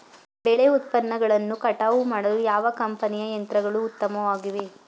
ಬೆಳೆ ಉತ್ಪನ್ನಗಳನ್ನು ಕಟಾವು ಮಾಡಲು ಯಾವ ಕಂಪನಿಯ ಯಂತ್ರಗಳು ಉತ್ತಮವಾಗಿವೆ?